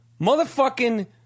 Motherfucking